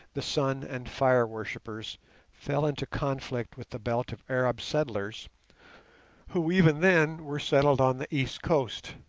the sun and fire worshippers fell into conflict with the belt of arab settlers who even then were settled on the east coast,